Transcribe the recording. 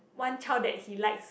one child that he likes